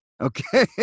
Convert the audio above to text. Okay